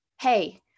Hey